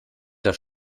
das